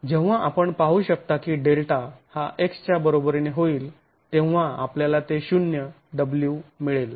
जेव्हा आपण पाहू शकता की डेल्टा हा x च्या बरोबरीने होईल तेव्हा आपल्याला तेथे शून्य ० w मिळेल